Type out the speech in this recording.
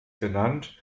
genannt